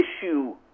issue